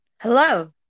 hello